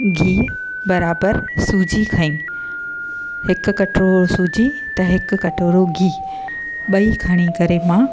गिहु बराबरि सूजी खईं हिकु कटोरो सूजी त हिकु कटोरो गिहु ॿई खणी करे मां